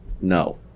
No